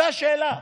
זאת השאלה.